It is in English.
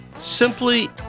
Simply